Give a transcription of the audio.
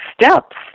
steps